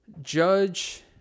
judge